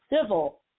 civil